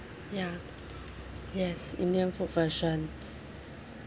ya yes indian food version